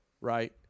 right